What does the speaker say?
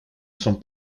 son